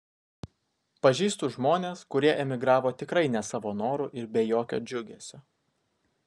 pažįstu žmones kurie emigravo tikrai ne savo noru ir be jokio džiugesio